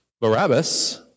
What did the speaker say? Barabbas